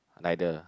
neither